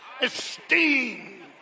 esteem